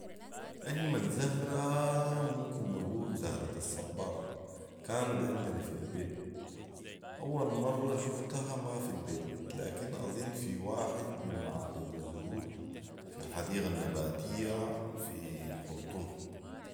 أجمل زهرا ممكن تقول زهرة الصبار، كانت عندنا في البيت ،اول مره شفتها ما في البيت ،لكن اظن في واحد من معارض الزهور في الحديقه النباتيه في الخرطوم